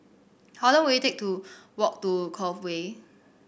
how long will it take to walk to Cove Way